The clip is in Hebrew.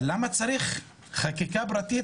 אבל למה צריך חקיקה פרטית,